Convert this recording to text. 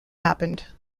happened